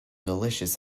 delicious